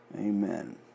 Amen